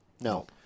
No